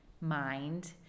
mind